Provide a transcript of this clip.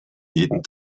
jeden